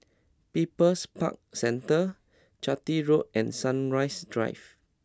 People's Park Centre Chitty Road and Sunrise Drive